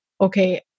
okay